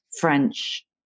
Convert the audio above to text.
French